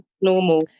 normal